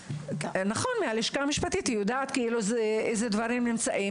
היא מהלשכה המשפטית והיא יודעת איזה דברים נמצאים.